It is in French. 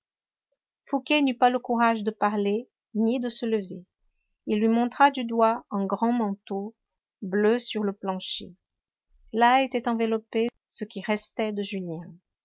n'eut pas le courage de parler ni de se lever il lui montra du doigt un grand manteau bleu sur le plancher là était enveloppé ce qui restait de julien